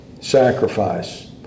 sacrifice